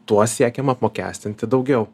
tuos siekiama apmokestinti daugiau